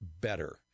better